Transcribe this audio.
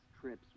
trips